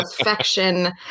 affection